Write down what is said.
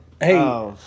Hey